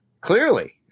clearly